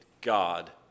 God